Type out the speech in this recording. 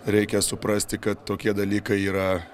reikia suprasti kad tokie dalykai yra